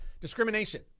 Discrimination